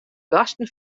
gasten